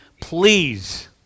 please